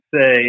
say